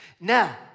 Now